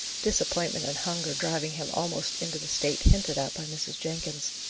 disappointment and hunger driving him almost into the state hinted at by mrs. jenkins.